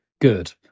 Good